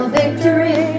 victory